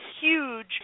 huge